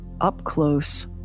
up-close